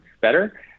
better